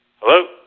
Hello